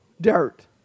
Dirt